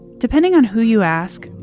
depending on who you ask,